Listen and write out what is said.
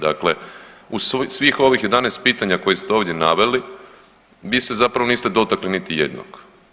Dakle u svih ovih 11 pitanja koje ste ovdje naveli, vi se zapravo niste dotakli niti jednog.